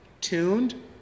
tuned